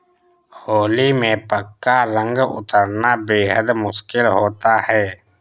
होली में पक्का रंग उतरना बेहद मुश्किल होता है